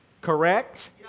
Correct